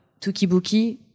Tukibuki